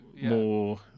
more